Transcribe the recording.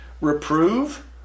Reprove